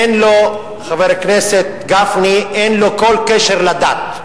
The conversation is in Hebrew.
אין לו, חבר הכנסת גפני, אין לו כל קשר לדת.